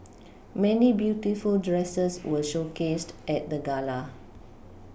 many beautiful dresses were showcased at the gala